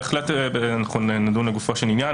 בהחלט אנחנו נדון לגופו של עניין.